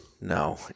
No